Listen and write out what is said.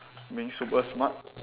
mean super smart